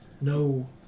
No